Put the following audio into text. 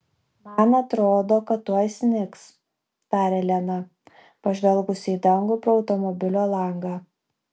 man atrodo kad tuoj snigs tarė lena pažvelgus į dangų pro automobilio langą